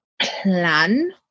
plan